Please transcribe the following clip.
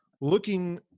looking